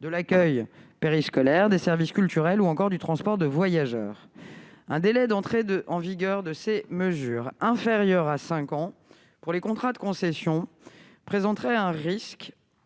de l'accueil périscolaire, des services culturels ou encore du transport de voyageurs. Un délai d'entrée en vigueur de ces mesures inférieur à cinq ans pour les contrats de concession présenterait un risque